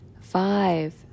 five